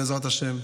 בעזרת ה',